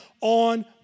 on